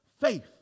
faith